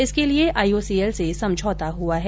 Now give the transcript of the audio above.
इसके लिये आईओसीएल से समझौता हुआ है